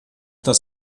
das